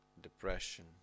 depression